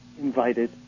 invited